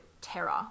terror